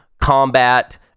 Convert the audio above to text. Combat